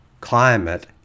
climate